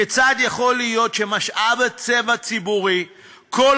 כיצד יכול להיות שמשאב טבע ציבורי כל